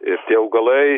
ir tie augalai